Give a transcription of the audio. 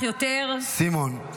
אך יותר --- סימון.